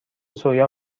سویا